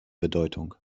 bedeutung